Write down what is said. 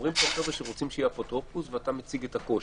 אומרים שרוצים שיהיה אפוטרופוס ואתה מציג את הקושי.